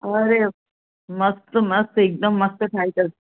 अड़े मस्तु मस्तु हिकदमि मस्तु ठाही अथसि